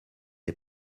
est